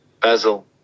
basil